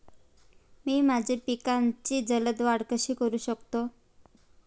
मी माझ्या पिकांची जलद वाढ कशी करू शकतो?